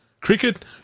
Cricket